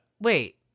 Wait